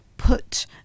put